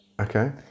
Okay